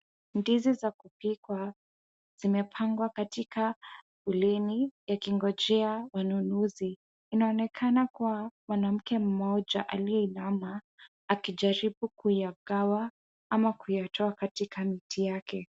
Ndizi za kupikwa zimepangwa katika ulini yakingojea wanunuzi. Inaonekana kuwa mwanamke mmoja aliyeinama akijaribu kuyagawa ama kuyatoa katika mti yake.